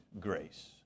grace